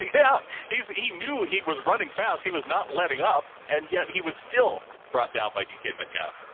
yeah. he's he knew he was running fast. he was not letting up. and yet he was still brought down by dk metcalf.